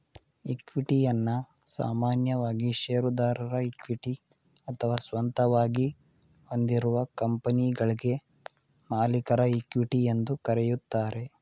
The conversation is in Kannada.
ಇಕ್ವಿಟಿಯನ್ನ ಸಾಮಾನ್ಯವಾಗಿ ಶೇರುದಾರರ ಇಕ್ವಿಟಿ ಅಥವಾ ಸ್ವಂತವಾಗಿ ಹೊಂದಿರುವ ಕಂಪನಿಗಳ್ಗೆ ಮಾಲೀಕರ ಇಕ್ವಿಟಿ ಎಂದು ಕರೆಯುತ್ತಾರೆ